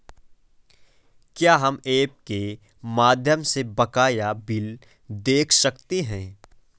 क्या हम ऐप के माध्यम से बकाया बिल देख सकते हैं?